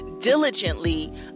Diligently